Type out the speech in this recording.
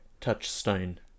touchstone